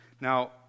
Now